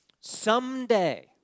someday